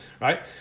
right